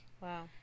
Wow